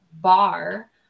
bar